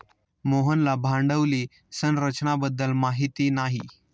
मोहनला भांडवली संरचना बद्दल माहिती नाही